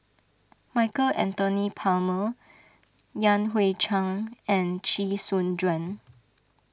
Michael Anthony Palmer Yan Hui Chang and Chee Soon Juan